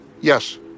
Yes